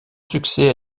succès